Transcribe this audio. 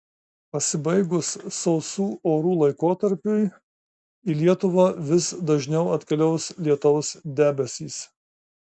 pasibaigus sausų orų laikotarpiui į lietuvą vis dažniau atkeliaus lietaus debesys